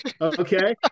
okay